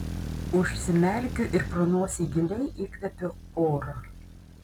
užsimerkiu ir pro nosį giliai įkvėpiu oro